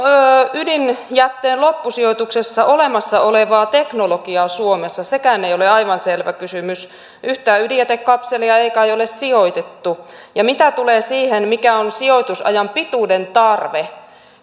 ydinjätteen loppusijoituksessa olemassa olevaa teknologiaa suomessa sekään ei ole aivan selvä kysymys yhtään ydinjätekapselia ei kai ole sijoitettu ja mitä tulee siihen mikä on sijoitusajan pituuden tarve